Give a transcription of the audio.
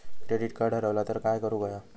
Credit card हरवला तर काय करुक होया?